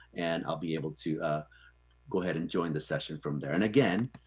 and i'll be able to ah go ahead and join the session from there. and again,